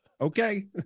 Okay